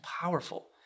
powerful